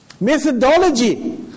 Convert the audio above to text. methodology